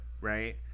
right